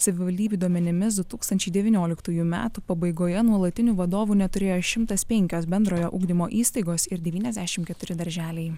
savivaldybių duomenimis du tūkstančiai devynioliktųjų metų pabaigoje nuolatinių vadovų neturėjo šimtas penkios bendrojo ugdymo įstaigos ir devyniasdešim keturi darželiai